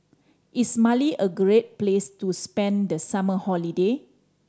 is Mali a great place to spend the summer holiday